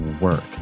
work